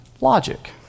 logic